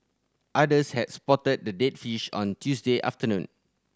others had spotted the dead fish on Tuesday afternoon